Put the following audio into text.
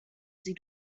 sie